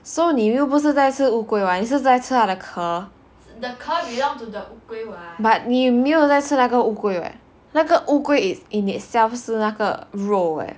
so 你又不是在吃乌龟 mah 你是在吃他的壳 but 你没有再吃那个乌龟 [what] 那个乌龟 in itself 是那个肉 leh